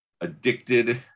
addicted